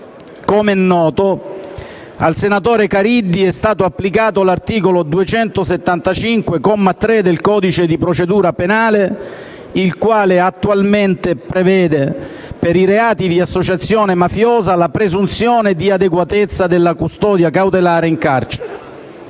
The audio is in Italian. Come noto, al senatore Caridi è stato applicato l'articolo 275, comma 3, del codice di procedura penale, il quale attualmente prevede, per i reati di associazione mafiosa, la presunzione di adeguatezza della custodia cautelare in carcere.